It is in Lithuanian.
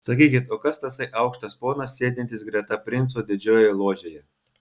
sakykit o kas tasai aukštas ponas sėdintis greta princo didžiojoje ložėje